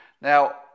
Now